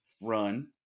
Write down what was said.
run